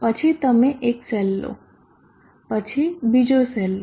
પછી તમે એક સેલ લો પછી બીજો સેલ લો